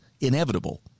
inevitable